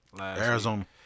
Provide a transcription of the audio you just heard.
Arizona